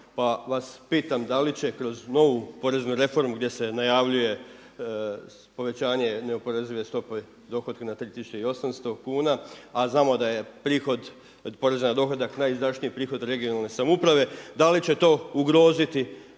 Pa vas pitam da li će kroz novu poreznu reformu gdje se najavljuje povećanje neoporezive stope dohotka na 3800 kuna, a znamo da je prihod od poreza na dohodak najizdašniji prihod regionalne samouprave da li će to ugroziti